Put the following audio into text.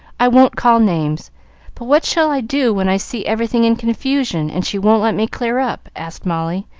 i won't call names but what shall i do when i see everything in confusion, and she won't let me clear up? asked molly,